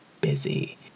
busy